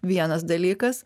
vienas dalykas